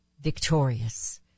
victorious